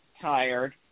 tired